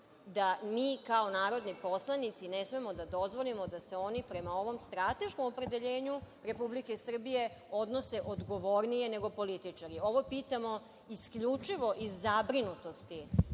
da mi kao narodni poslanici ne smemo da dozvolimo da se oni prema ovom strateškom opredeljenju Republike Srbije odnose odgovornije nego političari. Ovo pitamo isključivo iz zabrinutosti